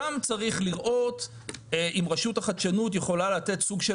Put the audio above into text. שם צריך לראות אם רשות החדשנות יכולה לתת סוג של